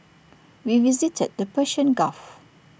we visited the Persian gulf